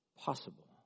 possible